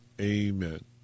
amen